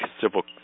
civil